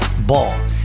Ball